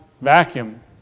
vacuum